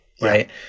Right